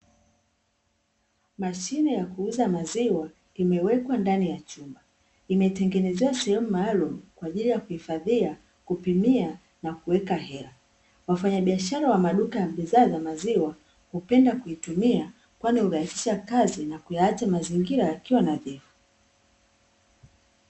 Mashine ya kuuza maziwa, imewekwa ndani ya chumba imetengenezewa sehemu maalumu kwa ajili ya kuhifadhia, kupimia na kuweka hela. Wafanyabiashara wa maduka ya bidhaa za maziwa hupenda kuyatumia kwani hurahishisha kazi na kuyaacha mazingira yakiwa nadhifu.